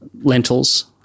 lentils